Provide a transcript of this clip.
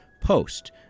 post